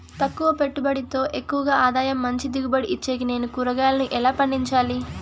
తక్కువ పెట్టుబడితో ఎక్కువగా ఆదాయం మంచి దిగుబడి ఇచ్చేకి నేను కూరగాయలను ఎలా పండించాలి?